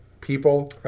people